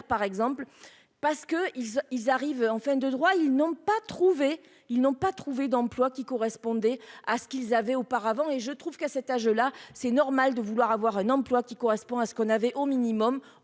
par exemple parce que ils ils arrivent en fin de droits, ils n'ont pas trouvé, ils n'ont pas trouvé d'emploi qui correspondait à ce qu'ils avaient auparavant et je trouve qu'à cet âge-là, c'est normal de vouloir avoir un emploi qui correspond à ce qu'on avait au minimum